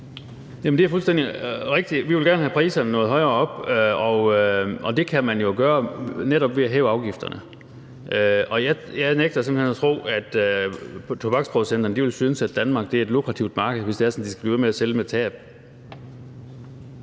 Det er fuldstændig rigtigt. Vi vil gerne have priserne noget højere op, og det kan man jo netop gøre ved at hæve afgifterne. Jeg nægter simpelt hen at tro, at tobaksproducenterne vil synes, at Danmark er et lukrativt marked, hvis det er sådan,